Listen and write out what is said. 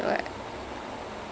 that does sounds cool